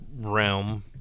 realm